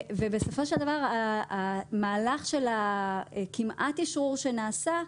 בסופו של דבר, המהלך של כמעט אשרור שנעשה,